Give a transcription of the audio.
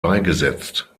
beigesetzt